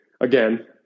Again